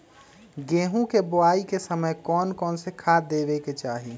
गेंहू के बोआई के समय कौन कौन से खाद देवे के चाही?